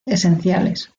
esenciales